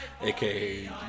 aka